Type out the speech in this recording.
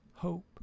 Hope